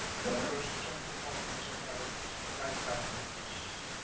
and others were simply poems about life values.